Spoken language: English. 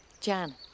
Jan